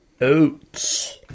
oats